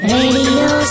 Radio